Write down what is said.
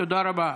תודה רבה.